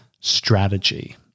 strategy